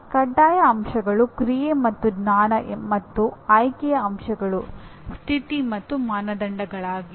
ಕಡ್ಡಾಯ ಅಂಶಗಳು ಕ್ರಿಯೆ ಮತ್ತು ಜ್ಞಾನ ಮತ್ತು ಆಯ್ಕೆಯ ಅಂಶಗಳು ಸ್ಥಿತಿ ಮತ್ತು ಮಾನದಂಡಗಳಾಗಿವೆ